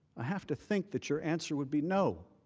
i have to think that your answer would be no.